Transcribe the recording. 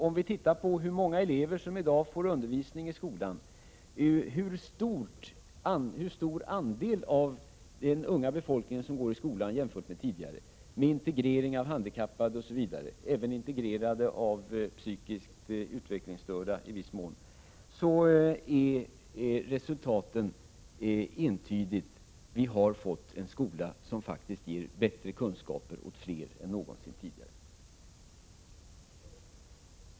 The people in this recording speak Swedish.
Om vi ser på hur många elever som i dag får undervisning i skolan och studerar hur stor andel av den unga befolkningen som går i skolan jämfört med tidigare — med den integrering av handikappade och i viss mån av psykiskt utvecklingsstörda som vi har — är resultatet entydigt: vi har fått en skola som faktiskt ger bättre kunskaper åt fler än någonsin tidigare.